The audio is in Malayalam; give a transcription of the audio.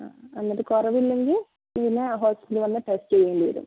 ആ എന്നിട്ട് കുറവില്ലെങ്കിൽ പിന്നെ ഹോസ്പിറ്റലിൽ വന്ന് ടെസ്റ്റ് ചെയ്യേണ്ടി വരും